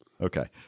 Okay